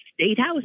Statehouse